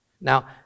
Now